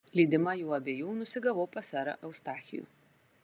lydima jų abiejų nusigavau pas serą eustachijų